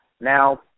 Now